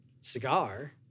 cigar